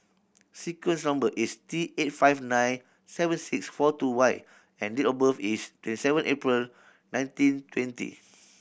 sequence number is T eight five nine seven six four two Y and date of birth is twenty seven April nineteen twenty